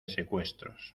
secuestros